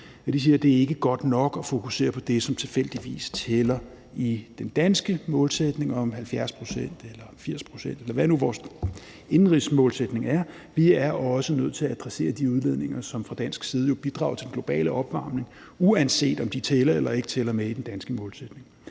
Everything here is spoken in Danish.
at det ikke er godt nok at fokusere på det, som tilfældigvis tæller i den danske målsætning om 70 pct. eller 80 pct., eller hvad nu vores indenrigsmålsætning er; vi er også nødt til at adressere de udledninger, som fra dansk side jo bidrager til den globale opvarmning, uanset om de tæller eller ikke tæller med i den danske målsætning.